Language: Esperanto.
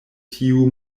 tiu